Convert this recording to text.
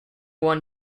won